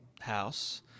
house